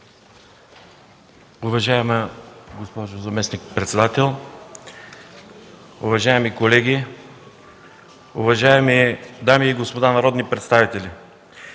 Уважаема госпожо заместник-председател, уважаеми колеги, уважаеми дами и господа народни представители!